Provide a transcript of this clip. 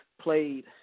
played